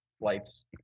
lights